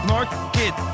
Market